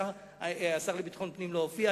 שהשר לביטחון הפנים לא הופיע.